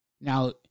Now